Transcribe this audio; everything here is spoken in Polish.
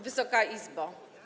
Wysoka Izbo!